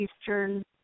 Eastern